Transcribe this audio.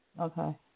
Okay